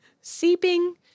Seeping